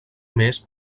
més